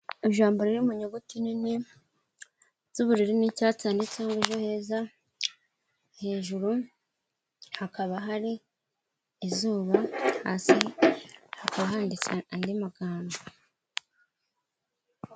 Ijambo riri mu nyuguti nini z'ubururu n'icyatsi handitseho ejo heza, hejuru hakaba hari izuba, hasi haba handikira andi magambo.